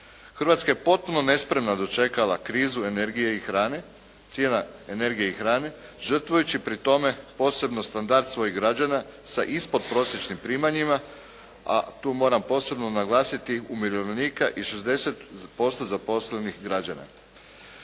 Hrvatska je potpuno nespremna dočekala krizu energije i hrane, cijena energije i hrane žrtvujući pri tome posebno standard svojih građana sa ispodprosječnim primanjima a tu moram posebno naglasiti umirovljenike i 60% zaposlenih građana.